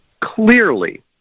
Clearly